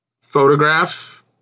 photograph